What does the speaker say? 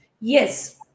Yes